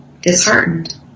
disheartened